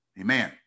Amen